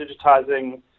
digitizing